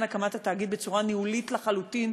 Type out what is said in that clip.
הקמת התאגיד בצורה ניהולית לחלוטין,